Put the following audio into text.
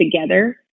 together